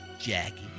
Jackie